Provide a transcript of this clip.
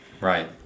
Right